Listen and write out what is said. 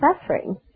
suffering